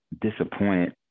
disappointed